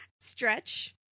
Stretch